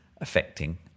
affecting